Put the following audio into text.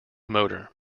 motor